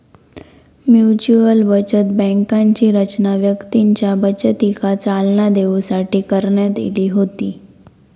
mutual बचत बँकांची रचना व्यक्तींच्या बचतीका चालना देऊसाठी करण्यात इली होती